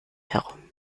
herum